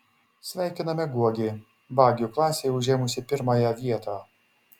sveikiname guogį bagių klasėje užėmusį pirmąją vietą